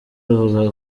avuga